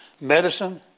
medicine